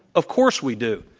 of course we do,